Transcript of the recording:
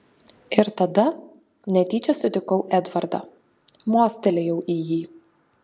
ir tada netyčia sutikau edvardą mostelėjau į jį